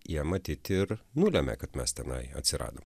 jie matyt ir nulėmė kad mes tenai atsirado